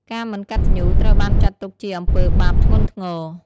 ការមិនកតញ្ញូត្រូវបានចាត់ទុកជាអំពើបាបធ្ងន់ធ្ងរ។